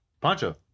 Pancho